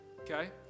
okay